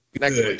next